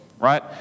right